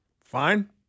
Fine